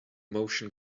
motion